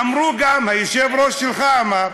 אמרו גם, היושב-ראש שלך אמר: